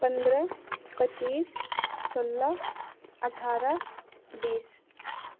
पंद्रह पचीस सोलह अठारह बीस